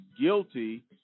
guilty